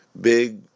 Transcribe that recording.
big